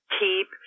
keep